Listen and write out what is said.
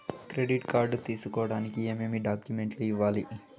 credit card తీసుకోడానికి ఏమేమి డాక్యుమెంట్లు ఇవ్వాలి